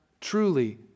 truly